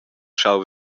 schau